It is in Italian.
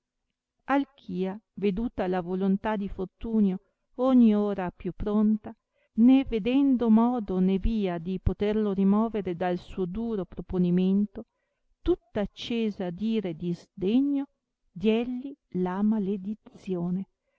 favorevole alchia veduta la volontà di fortunio ogni ora più pronta né vedendo modo né via di poterlo rimovere dal suo duro proponimento tutta accesa d ira e di sdegno dielli la maledizione